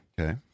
Okay